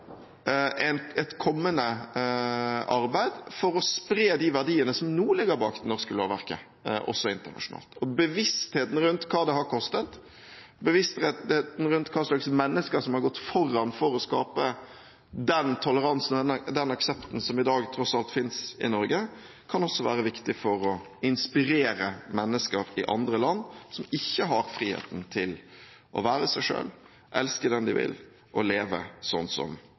et kommende arbeid for å spre de verdiene som nå ligger bak det norske lovverket, også internasjonalt. Bevisstheten rundt hva det har kostet, bevisstheten rundt hva slags mennesker som har gått foran for å skape den toleransen og den aksepten som i dag tross alt finnes i Norge, kan også være viktig for å inspirere mennesker i andre land som ikke har friheten til å være seg selv, elske den de vil, og leve sånn som